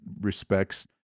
respects